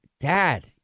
Dad